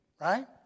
right